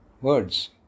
words